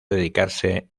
dedicarse